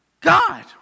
God